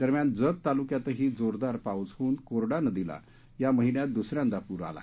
दरम्यान जत तालूक्यातही जोरदार पाऊस होऊन कोरडा नदीला या महिन्यात दुसऱ्यांदा पूर आला